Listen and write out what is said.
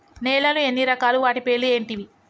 నేలలు ఎన్ని రకాలు? వాటి పేర్లు ఏంటివి?